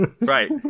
Right